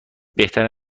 بهترین